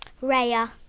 raya